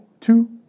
two